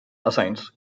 assigns